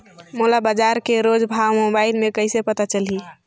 मोला बजार के रोज भाव मोबाइल मे कइसे पता चलही?